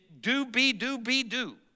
do-be-do-be-do